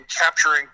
capturing